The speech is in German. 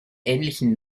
ähnlichem